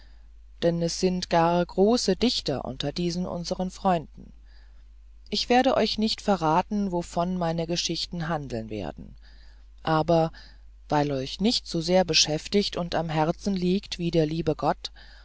denn es sind gar große dichter unter diesen unseren freunden ich werde euch nicht verraten wovon meine geschichten handeln werden aber weil euch nichts so sehr beschäftigt und am herzen liegt wie der liebe gott